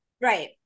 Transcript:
Right